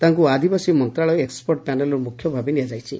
ତାଙ୍କୁ ଆଦିବାସୀ ମନ୍ତଶାଳୟ ଏକ୍ଟପର୍ଟ ପ୍ୟାନେଲ ମୁଖ୍ୟ ଭାବେ ନିଆଯାଇଛି